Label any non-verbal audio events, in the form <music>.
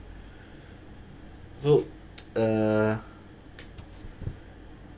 <breath> so <noise> uh